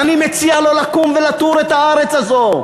ואני מציע לו לקום ולתור את הארץ הזו,